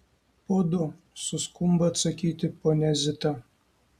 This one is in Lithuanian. po du suskumba atsakyti ponia zita